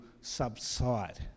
subside